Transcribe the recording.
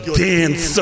dance